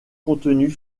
contenus